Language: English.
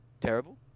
terrible